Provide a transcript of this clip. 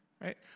Right